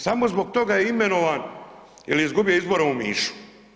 Samo zbog toga je imenovan jer je izgubio izbore u Omišu.